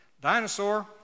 dinosaur